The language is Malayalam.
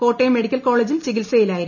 കോട്ടയം മെഡിക്കൽ കോളേജിൽ ചികിത്സയിലായിരുന്നു